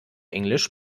englisch